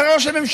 אחרי ראש הממשלה,